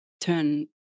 turn